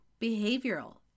Behavioral